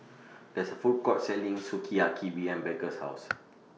There IS A Food Court Selling Sukiyaki behind Baker's House